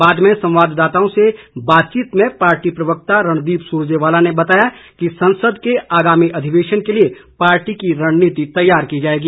बाद में संवाददाताओं से बातचीत में पार्टी प्रवक्ता रणदीप सुरजेवाला ने बताया कि संसद के आगामी अधिवेशन के लिए पार्टी की रणनीति तैयार की जाएगी